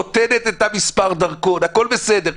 נותנת את מספר הדרכון, הכול בסדר.